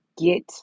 Get